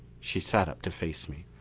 she sat up to face me.